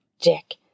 dick